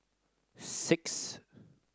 six